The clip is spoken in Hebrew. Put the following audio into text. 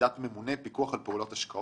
"עמדת ממונה פיקוח על פעילות השקעות".